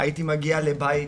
הייתי מגיע לבית,